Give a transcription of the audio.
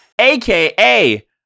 AKA